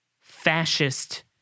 fascist